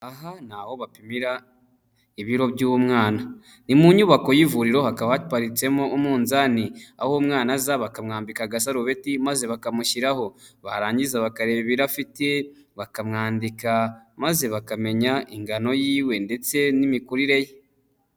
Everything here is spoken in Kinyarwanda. Aha naho bapimira ibiro by'umwana, ni mu nyubako y'ivuriro hakaba haparitsemo umunzani aho umwana aza bakamwambika agasarobeti maze bakamushyiraho, barangiza bakareba ibiro afite bakamwandika, maze bakamenya ingano yiwe ndetse n'imikurire ye.